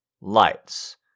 Lights